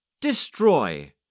Destroy